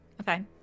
Okay